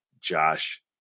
Josh